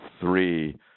three